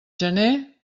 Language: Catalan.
gener